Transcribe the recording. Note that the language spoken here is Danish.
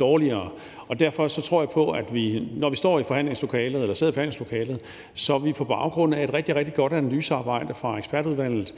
dårligere. Derfor tror jeg på, at vi, når vi sidder i forhandlingslokalet, på baggrund af et rigtig, rigtig godt analysearbejde fra ekspertudvalget